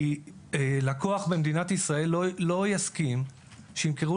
כי הלקוח במדינת ישראל לא יסכים שימכרו